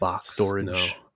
storage